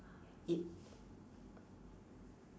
ye~